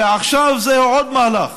ועכשיו זה עוד מהלך,